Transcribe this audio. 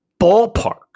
ballpark